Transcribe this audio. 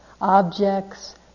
Objects